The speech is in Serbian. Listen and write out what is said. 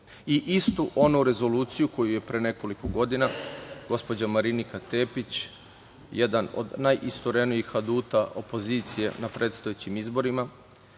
i istu onu rezoluciju koju je pre nekoliko godina gospođa Marinika Tepić, jedan od najisturenijih aduta opozicije na predstojećim izborima,